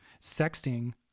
Sexting